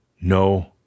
no